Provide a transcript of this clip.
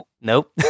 nope